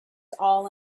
all